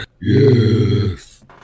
Yes